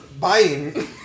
buying